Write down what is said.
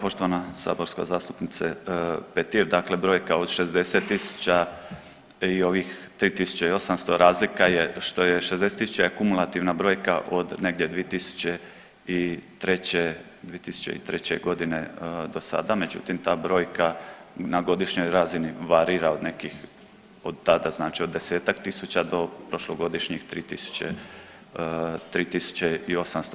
Poštovana saborska zastupnice Petir, dakle brojka od 60 tisuća i ovih 3.800 razlika je što je 60 tisuća je kumulativna brojka od negdje 2003., 2003.g. dosada, međutim ta brojka na godišnjoj razini varira od nekih, od tada, znači od 10-tak tisuća do prošlogodišnjih 3 tisuće, 3.800.